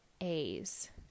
A's